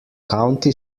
county